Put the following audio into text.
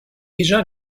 déjà